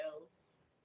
else